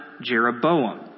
Jeroboam